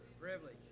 Privilege